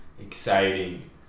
exciting